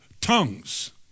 tongues